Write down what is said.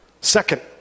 Second